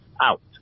out